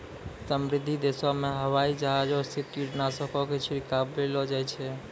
समृद्ध देशो मे हवाई जहाजो से कीटनाशको के छिड़कबैलो जाय छै